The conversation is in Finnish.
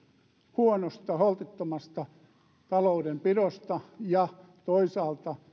huonosta holtittomasta taloudenpidosta ja toisaalta